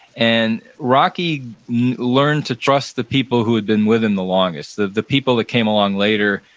and rocky learned to trust the people who had been with him the longest. the the people that came along later,